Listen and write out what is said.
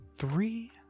three